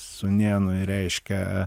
sūnėnui reiškia